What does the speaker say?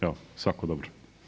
Evo, svako dobro.